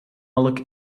look